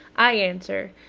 i answer,